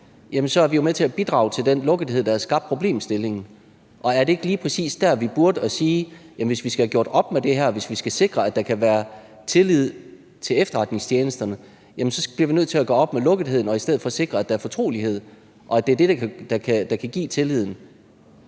så er vi med til at bidrage til den lukkethed, der har skabt problemstillingen. Er det ikke lige præcis der, vi burde sige, at hvis vi skal have gjort op med det her, og hvis vi skal sikre, at der kan være tillid til efterretningstjenesterne, så bliver vi nødt til at gøre op med lukketheden og i stedet for sikre, at der er fortrolighed? For det er det, der kan give tilliden.